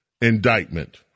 indictment